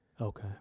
Okay